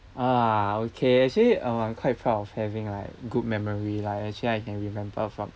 ah okay actually I'm quite proud of having like good memory lah actually I can remember from